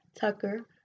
Tucker